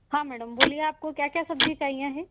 हाँ मैडम बोलिए आपको क्या क्या सब्जी चाहिए है